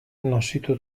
nozitu